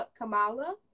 Kamala